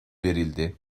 verildi